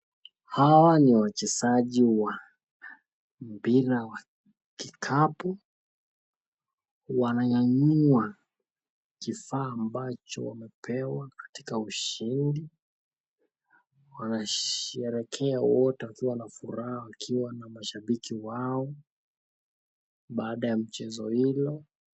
Hawa ni wachezaji wa mpira wa kikapu. Wananyanyua kifaa ambacho wamepewa katika ushindi. Wanasherehekea wote wakiwa na furaha wakiwa na mashabiki wao baada ya chezo hilo.